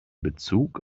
bezug